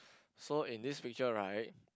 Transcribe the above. so in this picture right